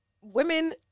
women